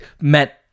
met